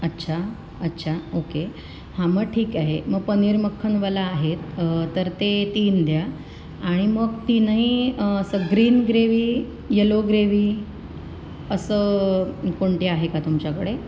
अच्छा अच्छा ओके हां मग ठीक आहे मग पनीर मख्खनवला आहे तर ते तीन द्या आणि मग तीनही असं ग्रीन ग्रेवी यलो ग्रेवी असं कोणती आहे का तुमच्याकडे